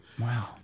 Wow